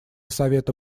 совета